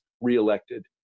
reelected